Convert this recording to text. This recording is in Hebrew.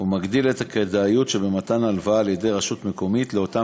ומגדיל את הכדאיות שבמתן הלוואה של רשות מקומית לאותם